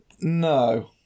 No